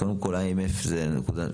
קודם כל IMF זה נקודה,